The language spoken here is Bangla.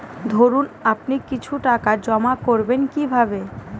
ধরুন আপনি কিছু টাকা জমা করবেন কিভাবে?